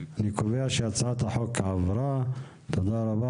הצבעה בעד,